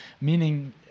meaning